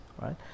right